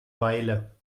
weile